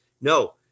No